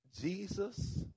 Jesus